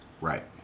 Right